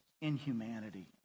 inhumanity